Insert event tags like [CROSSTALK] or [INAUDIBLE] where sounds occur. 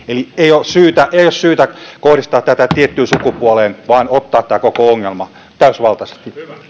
[UNINTELLIGIBLE] eli ei ole syytä kohdistaa tätä tiettyyn sukupuoleen vaan tulee ottaa tämä koko ongelma täysivaltaisesti